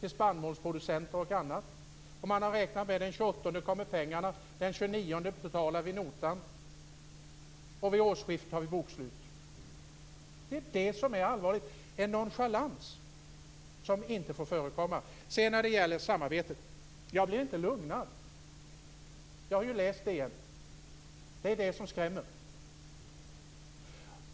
till spannmålsproducenter och andra. Bönderna har räknat med att den 28:e kommer pengarna, den 29:e betalar vi notan och vid årsskiftet har vi bokslut. Det är det som är allvarligt. Det är en nonchalans som inte får förekomma. Sedan vill jag säga något om samarbetet. Jag blir inte lugnad. Jag har ju läst DN. Det är det som skrämmer.